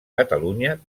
catalunya